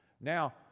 Now